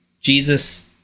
Jesus